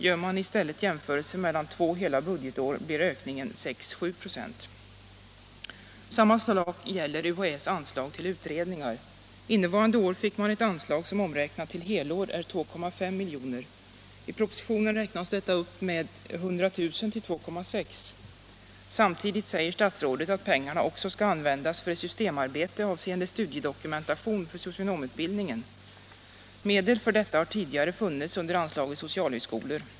Gör man i stället jämförelsen mellan två hela budgetår blir ökningen 6-7 96. Samma sak gäller UHÄ:s anslag till utredningar. Innevarande år fick man ett anslag som omräknat till helår är 2,5 miljoner. I propositionen räknas detta upp med 100 000 till 2,6 miljoner. Samtidigt säger statsrådet att pengarna också skall användas för ett systemarbete avseende studiedokumentation för socionomutbildning. Medel för detta har tidigare funnits under anslaget Socialhögskolorna.